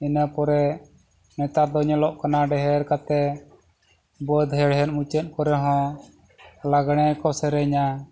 ᱤᱱᱟᱹ ᱠᱚᱨᱮ ᱱᱮᱛᱟᱨ ᱫᱚ ᱧᱮᱞᱚᱜ ᱠᱟᱱᱟ ᱰᱷᱮᱨ ᱠᱟᱭᱛᱮ ᱵᱟᱹᱫᱽ ᱦᱮᱲᱦᱮᱫ ᱢᱩᱪᱟᱹᱫ ᱠᱚᱨᱮ ᱦᱚᱸ ᱞᱟᱜᱽᱬᱮ ᱠᱚ ᱥᱮᱨᱮᱧᱟ